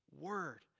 word